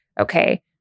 Okay